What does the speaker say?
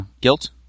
guilt